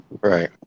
Right